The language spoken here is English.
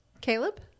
Caleb